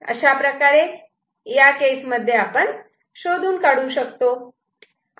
अशाप्रकारे या केस मध्ये आपण शोधून काढले